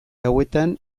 hauetan